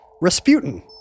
Rasputin